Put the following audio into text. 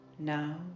Now